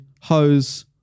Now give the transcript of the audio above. hose